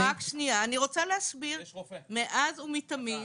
מאז ומתמיד